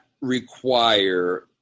require